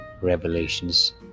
Revelations